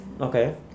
Okay